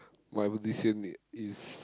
my vocation is